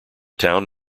town